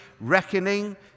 reckoning